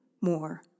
more